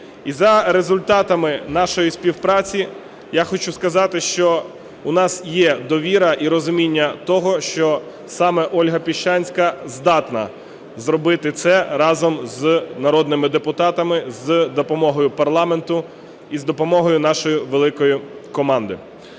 І за результатами нашої співпраці, я хочу сказати, що у нас є довіра і розуміння того, що саме Ольга Піщанська здатна зробити це разом з народними депутатами, з допомогою парламенту і з допомогою нашої великої команди.